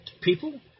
people